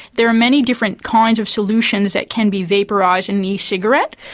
there are many different kinds of solutions that can be vaporised in the e-cigarette.